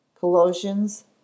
Colossians